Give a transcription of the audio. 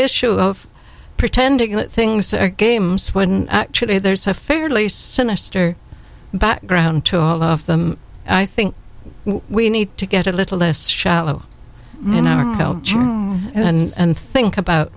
issue of pretending that things are games when actually there's a fairly sinister background to all of them i think we need to get a little less shallow and think about